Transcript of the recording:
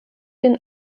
den